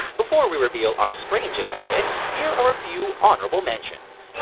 before we reveal our strangest pick, here are a few honorable mentions.